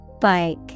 Bike